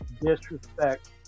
disrespect